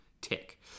tick